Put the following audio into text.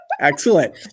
Excellent